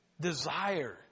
desire